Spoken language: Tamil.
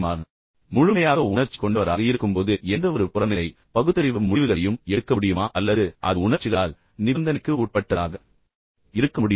அதாவது நீங்கள் முழுமையாக உணர்ச்சி கொண்டவராக இருக்கும்போது எந்தவொரு புறநிலை மற்றும் பகுத்தறிவு முடிவுகளையும் எடுக்க முடியுமா அல்லது அது உங்கள் உணர்ச்சிகளால் நிபந்தனைக்கு உட்பட்டதாக இருக்க முடியுமா